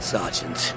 Sergeant